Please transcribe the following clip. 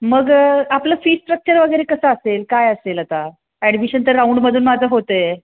मग आपलं fee structure वगैरे कसं असेल काय असेल आता ॲडमिशन तर राऊंडमधून माझं होत आहे